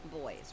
boys